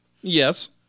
Yes